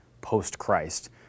post-Christ